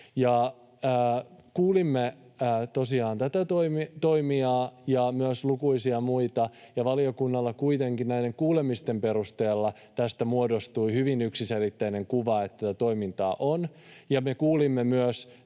tosiaan tätä toimijaa ja myös lukuisia muita. Valiokunnalle kuitenkin näiden kuulemisten perusteella tästä muodostui hyvin yksiselitteinen kuva, että tätä toimintaa on. Me kuulimme myös